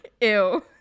Ew